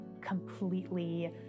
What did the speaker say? completely